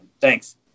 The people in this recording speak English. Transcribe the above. thanks